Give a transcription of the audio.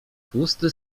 tłusty